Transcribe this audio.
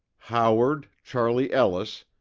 howard, charlie ellis,